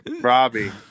Robbie